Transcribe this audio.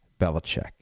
Belichick